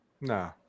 No